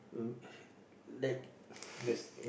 um like